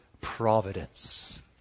providence